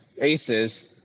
Aces